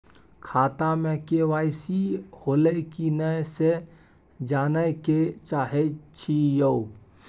खाता में के.वाई.सी होलै की नय से जानय के चाहेछि यो?